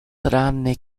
tranne